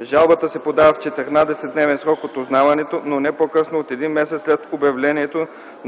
Жалбата се подава в 14-дневен срок от узнаването, но не по-късно от един месец след обявлението на